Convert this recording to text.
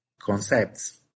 concepts